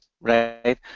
right